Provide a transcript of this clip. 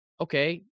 okay